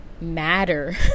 matter